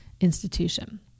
institution